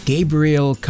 Gabriel